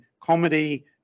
comedy